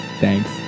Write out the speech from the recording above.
Thanks